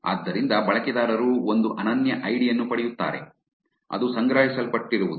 ಆದ್ದರಿಂದ ಬಳಕೆದಾರರು ಒಂದು ಅನನ್ಯ ಐಡಿ ಯನ್ನು ಪಡೆಯುತ್ತಾರೆ ಅದು ಸಂಗ್ರಹಿಸಲ್ಪಟ್ಟಿರುವುದು